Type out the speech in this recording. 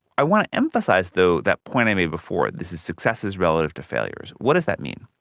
i want to emphasise though that point i made before, this is successes relative to failures. what does that mean?